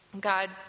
God